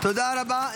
תודה רבה.